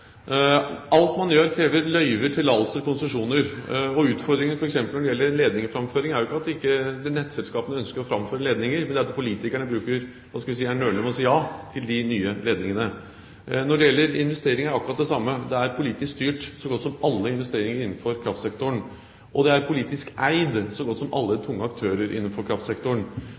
Alt man gjør, krever løyver, tillatelser, konsesjoner. Utfordringen når det gjelder f.eks. ledningframføring, er ikke at nettselskapene ikke ønsker å framføre ledninger, men at politikerne – hva skal jeg si – nøler med å si ja til de nye ledningene. Når det gjelder investeringer, er det akkurat det samme. Så godt som alle investeringer innenfor kraftsektoren er politisk styrt, og så godt som alle tunge aktører innenfor kraftsektoren er politisk eid. Så jeg tror at vi som